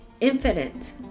infinite